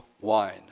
wine